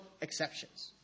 exceptions